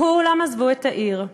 כולם עזבו את העיר,